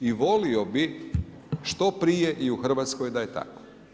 I volio bi što prije i u Hrvatskoj da je tako.